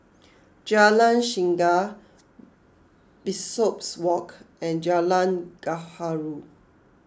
Jalan Singa Bishopswalk and Jalan Gaharu